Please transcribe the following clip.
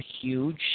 huge